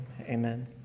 amen